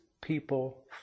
people